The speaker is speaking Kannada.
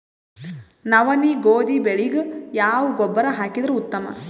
ನವನಿ, ಗೋಧಿ ಬೆಳಿಗ ಯಾವ ಗೊಬ್ಬರ ಹಾಕಿದರ ಉತ್ತಮ?